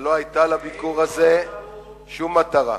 ולא היתה לביקור הזה שום מטרה.